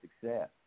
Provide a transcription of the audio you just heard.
success